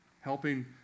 Helping